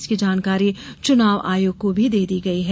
इसकी जानकारी चुनाव आयोग को भी दे दी गई है